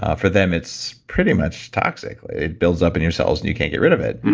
ah for them, it's pretty much toxic. it builds up in your cells, and you can't get rid of it.